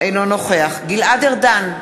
אינו נוכח גלעד ארדן,